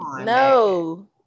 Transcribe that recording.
No